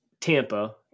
Tampa